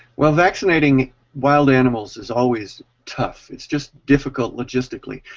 well, vaccinating wild animals is always tough. it's just difficult logistically.